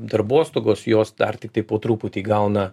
darbostogos jos dar tiktai po truputį įgauna